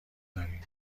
داریم